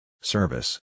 Service